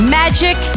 magic